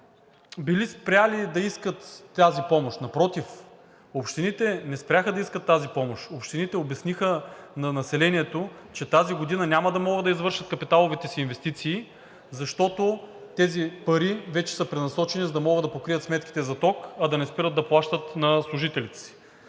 били спрели да искат тази помощ. Напротив, общините не спряха да искат тази помощ. Общините обясниха на населението, че тази година няма да могат да извършат капиталовите си инвестиции, защото тези пари вече са пренасочени, за да могат да покрият сметките за ток, а да не спират да плащат на служителите си.